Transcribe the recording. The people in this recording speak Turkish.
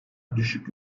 düşük